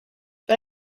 but